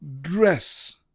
Dress